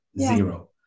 Zero